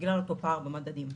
בגלל אותו פער במדדים.